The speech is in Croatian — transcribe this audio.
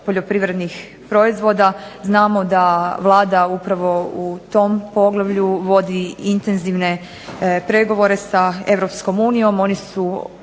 poljoprivrednih proizvoda. Znamo da Vlada upravo u tom poglavlju vodi intenzivne pregovore sa